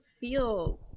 feel